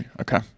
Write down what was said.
Okay